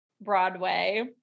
Broadway